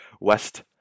west